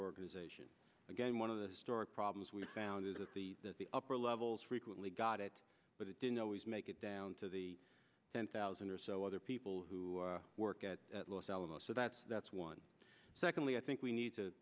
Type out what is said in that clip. organization again one of the story problems we found is that the upper levels frequently got it but it didn't always make it down to the ten thousand or so other people who work at los alamos so that's that's one secondly i think we need to